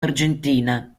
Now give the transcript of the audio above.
argentina